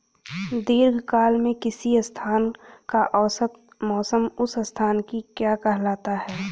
दीर्घकाल में किसी स्थान का औसत मौसम उस स्थान की क्या कहलाता है?